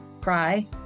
cry